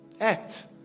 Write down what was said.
act